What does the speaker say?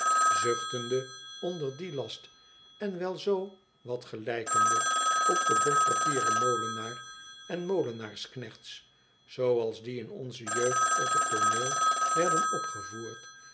zuchtende onder dien last en wel zoo wat gelijkende op den bordpapieren molenaar en molen aarsknechts zooals die in onze jeugd op het tooneel werden opgevoerd